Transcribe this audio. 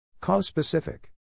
Cause-specific